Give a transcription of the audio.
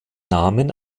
namen